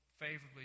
favorably